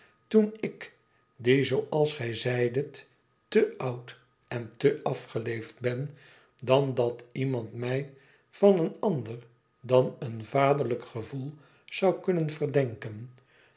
toen ik die zooals gij zeidet te oud en te afgeleefd ben dan dat iemand mij van een ander dan een vaderlijk gevoel zou kunnen verdenken